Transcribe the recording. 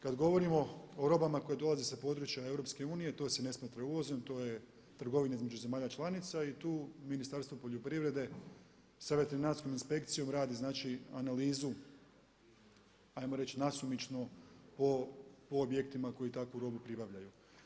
Kad govorimo o robama koje dolaze sa područja EU to se ne smatra uvozom, to je trgovina između zemalja članica i tu Ministarstvo poljoprivrede sa veterinarskom inspekcijom radi znači analizu, ajmo reći nasumičnu po objektima koji takvu robu pribavljaju.